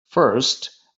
first